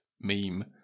meme